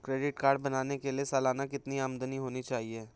Credit card बनाने के लिए सालाना कितनी आमदनी होनी चाहिए?